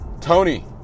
Tony